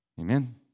Amen